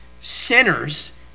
sinners